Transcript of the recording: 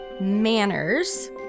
manners